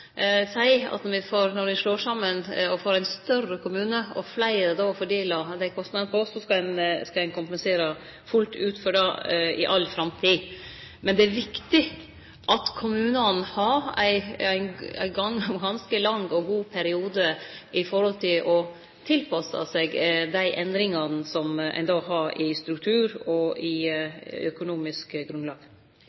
at når ein slår seg saman og får ein større kommune og fleire å fordele kostnadene på, skal ein kompensere fullt ut for det i all framtid. Men det er viktig at kommunane har ein ganske lang og god periode i forhold til å tilpasse seg dei endringane som ein får i struktur og